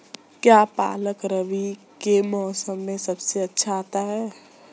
क्या पालक रबी के मौसम में सबसे अच्छा आता है?